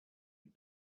had